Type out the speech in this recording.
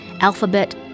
alphabet